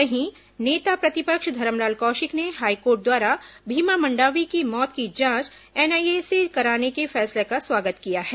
वहीं नेता प्रतिपक्ष धरमलाल कौशिक ने हाईकोर्ट द्वारा भीमा मंडावी की मौत की जांच एनआईए से कराने के फैसला का स्वागत किया है